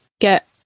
get